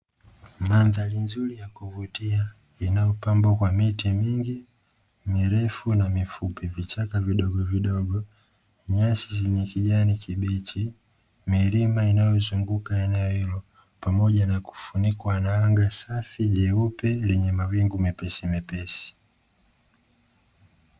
Mandhari nzuri ya kuvutia inayopambwa kwa miti mingi mirefu na mifupi kichaka vidogovidogo, nyasi zenye kijani kibichi, milima inayozunguka eneo hilo, pamoja na kufunikwa na anga safi jeupe lenye mawingu mepesimepesi.